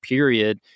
Period